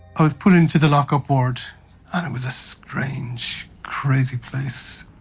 i was put into the lock-up ward and it was a strange, crazy place,